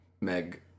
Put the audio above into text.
Meg